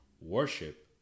worship